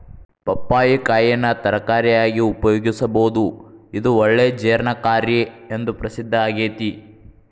ಪಪ್ಪಾಯಿ ಕಾಯಿನ ತರಕಾರಿಯಾಗಿ ಉಪಯೋಗಿಸಬೋದು, ಇದು ಒಳ್ಳೆ ಜೇರ್ಣಕಾರಿ ಎಂದು ಪ್ರಸಿದ್ದಾಗೇತಿ